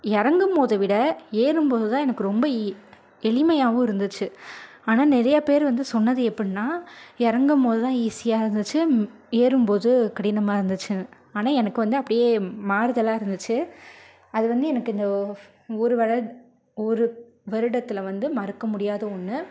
இறங்கும் போது விட ஏறும் போது தான் எனக்கு ரொம்ப எ எளிமையாகவும் இருந்துச்சு ஆனால் நிறையா பேர் வந்து சொன்னது எப்புடின்னா இறங்கும் போது தான் ஈசியாக இருந்துச்சு ஏறும் போது கடினமாக இருந்துச்சுன்னு ஆனால் எனக்கு வந்து அப்படியே மாறுதலாக இருந்துச்சு அது வந்து எனக்கு இந்த ஒரு வளர் ஒரு வருடத்தில் வந்து மறக்கமுடியாத ஒன்று